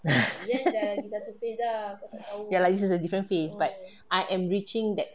ya lah it's a different phase but I'm reaching that